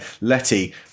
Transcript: Letty